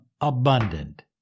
abundant